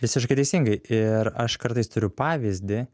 visiškai teisingai ir aš kartais turiu pavyzdį